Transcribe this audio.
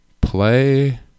Play